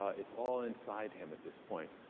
ah it's all inside him at this point.